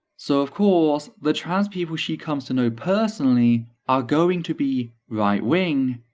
so of course the trans people she comes to know personally are going to be right wing,